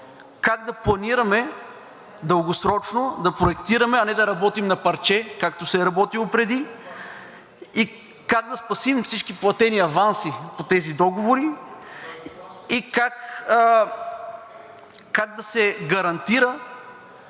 Как да планираме дългосрочно, да проектираме, а не да работим на парче, както се е работило преди, как да спасим всички платени аванси по тези договори и как да се гарантира